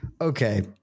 Okay